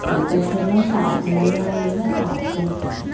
एतत् सर्वं साधनया एव साध्यम् अस्ति